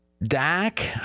Dak